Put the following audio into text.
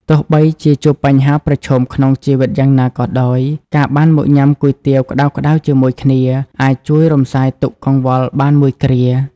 ទោះបីជាជួបបញ្ហាប្រឈមក្នុងជីវិតយ៉ាងណាក៏ដោយ ការបានមកញ៉ាំគុយទាវក្តៅៗជាមួយគ្នា អាចជួយរំសាយទុក្ខកង្វល់បានមួយគ្រា។